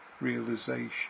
realization